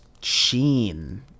sheen